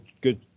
good